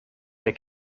der